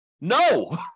No